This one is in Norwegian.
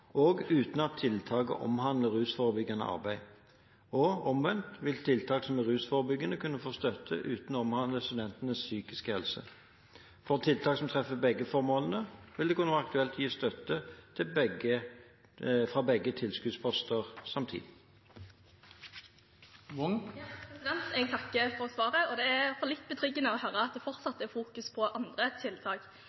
uten at tiltaket omhandler rusforebyggende arbeid. Og omvendt vil tiltak som er rusforebyggende, kunne få støtte uten å omhandle studentenes psykiske helse. For tiltak som treffer begge formålene, vil det kunne være aktuelt å gi støtte fra begge tilskuddsposter samtidig. Jeg takker for svaret, og det er iallfall litt betryggende å høre at det